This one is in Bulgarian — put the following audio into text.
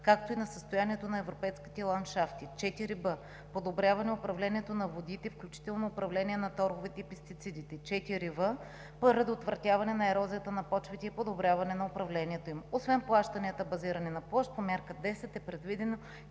както и на състоянието на европейските ландшафти; 4б. подобряване управлението на водите, включително управление на торовете и пестицидите; 4в. предотвратяване на ерозията на почвите и подобряване на управлението им. Освен плащанията, базирани на площ, по Мярка 10 е предвидено